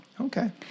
Okay